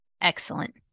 Excellent